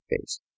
face